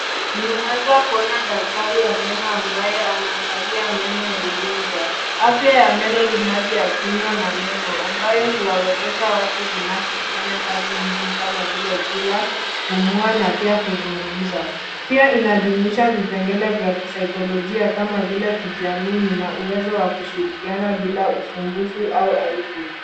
Ninaweza kuona daktari wa meno ambaye anangalia meno ya mgonjwa. Afya ya meno ni hali ya kinywa na meno ambayo huwawezesha watu binafsi kufanya kazi muhimu kama vile kula, kupumua, na pia kuzungumza. Pia inajumuisha vipengele vya kisaikolojia kujiamini na uwezo wa kushirikiana bila usumbufu au aibu.